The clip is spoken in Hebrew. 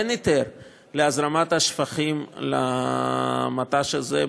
אין היתר להזרמת שפכים למט"ש הזה,